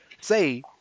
say